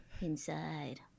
inside